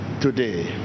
today